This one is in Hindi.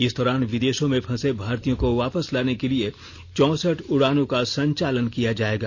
इस दौरान विदेशों में फंसे भारतीयों को वापस लाने के लिए चौंसठ उडानों का संचालन किया जाएगा